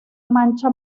mancha